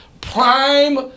prime